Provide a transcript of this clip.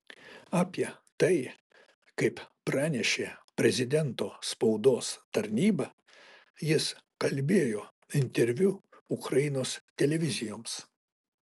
apie tai kaip pranešė prezidento spaudos tarnyba jis kalbėjo interviu ukrainos televizijoms